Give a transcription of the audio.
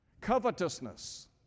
Covetousness